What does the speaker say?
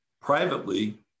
Privately